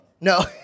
No